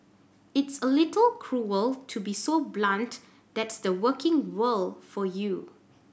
it's a little cruel to be so blunt but tha's the working world for you